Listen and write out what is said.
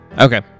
Okay